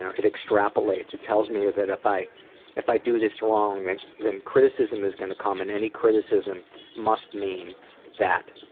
ah it extrapolates, it tells me that if i if i do this wrong then criticism is going to come and any criticism must mean that,